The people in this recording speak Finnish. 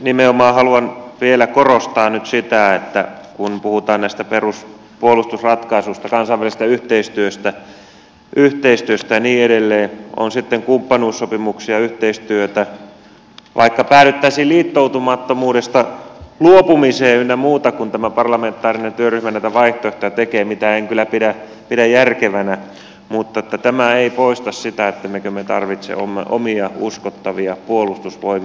nimenomaan haluan vielä korostaa nyt sitä että kun puhutaan näistä peruspuolustusratkaisuista kansainvälisestä yhteistyöstä ja niin edelleen on kumppanuussopimuksia yhteistyötä vaikka päädyttäisiin liittoutumattomuudesta luopumiseen ynnä muuta kun tämä parlamentaarinen työryhmä näitä vaihtoehtoja tekee mitä en kyllä pidä järkevänä tämä ei poista sitä ettemmekö me tarvitse omia uskottavia puolustusvoimia